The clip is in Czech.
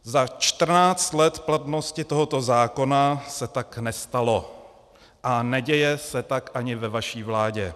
Za 14 let platnosti tohoto zákona se tak nestalo a neděje se tak ani ve vaší vládě.